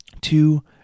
two